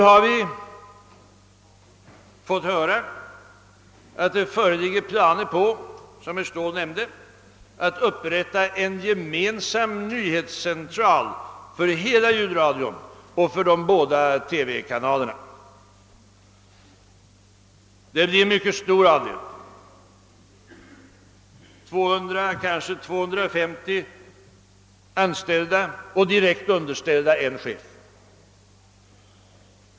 Herr Ståhl nämnde att det föreligger planer på att upprätta en gemensam nyhetscentral för hela ljudradion och för de båda TV-kanalerna. Det blir en mycket stor avdelning med 200, kanske 250 anställda, som är direkt underställda en chef.